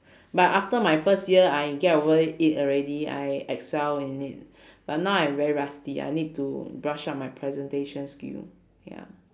but after my first year I get over i~ it already I excel in it but now I'm very rusty I need to brush up my presentation skill ya